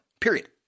period